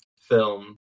film